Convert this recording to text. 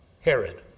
Herod